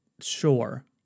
sure